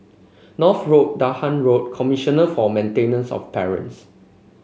North Road Dahan Road Commissioner for Maintenance of Parents